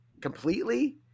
completely